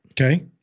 Okay